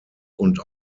und